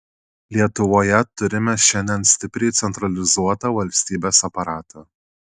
lietuvoje turime šiandien stipriai centralizuotą valstybės aparatą